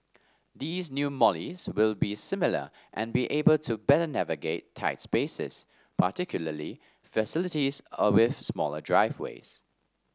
these new Mollies will be similar and be able to better navigate tight spaces particularly facilities with smaller driveways